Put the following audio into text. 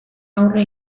aurre